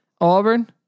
Auburn